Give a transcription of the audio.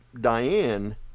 Diane